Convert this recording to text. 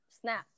snap